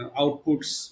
outputs